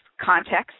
context